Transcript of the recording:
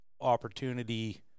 opportunity